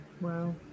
Wow